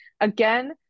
Again